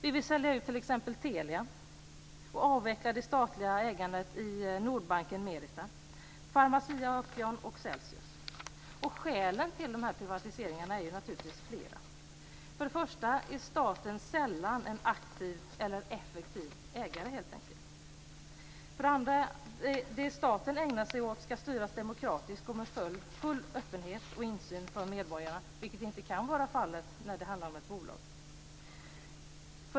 Vi vill sälja ut t.ex. Telia och avveckla det statliga ägandet i Merita Skälen till privatisering är flera: · Staten är sällan en aktiv och effektiv ägare. · Det staten ägnar sig åt skall styras demokratiskt och med full öppenhet och insyn för medborgarna, vilket inte kan vara fallet när det handlar om ett bolag.